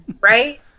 right